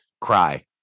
Cry